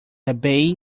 abbey